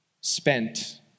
spent